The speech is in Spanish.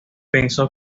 pensó